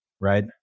right